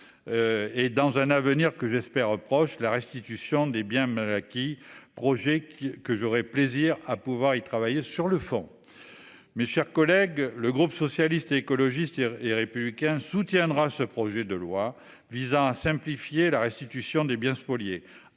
Et dans un avenir que j'espère proche la restitution des biens mal acquis, projet qui que j'aurais plaisir à pouvoir y travailler sur le fond. Mes chers collègues. Le groupe socialiste, écologiste et républicain soutiendra ce projet de loi visant à simplifier la restitution des biens spoliés